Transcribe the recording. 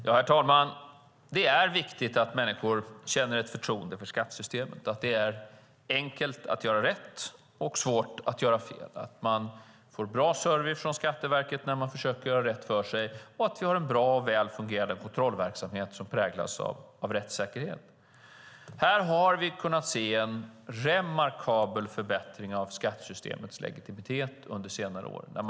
Herr talman! Det är viktigt att människor känner förtroende för skattesystemet, att det är enkelt att göra rätt och svårt att göra fel, att man får bra service från Skatteverket när man försöker göra rätt för sig och att vi har en bra och väl fungerande kontrollverksamhet som präglas av rättssäkerhet. Här har vi kunnat se en remarkabel förbättring av skattesystemets legitimitet under senare år.